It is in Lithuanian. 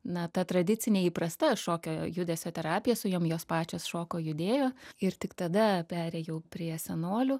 na ta tradicinė įprasta šokio judesio terapija su jom jos pačios šoko judėjo ir tik tada perėjau prie senolių